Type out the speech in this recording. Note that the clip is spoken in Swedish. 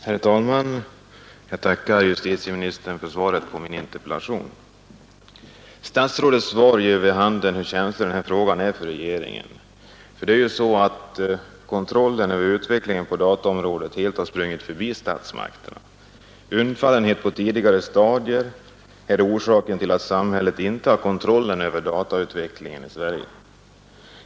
Herr talman! Jag tackar justitieministern för svaret på min interpellation. Statsrådets svar ger vid handen hur känslig denna fråga är för regeringen. Ty det är ju så att kontrollen över utvecklingen på dataområdet helt har sprungit förbi statsmakterna. Undfallenhet på tidigare stadier är orsaken till att samhället inte har kontrollen över datautvecklingen i Sverige.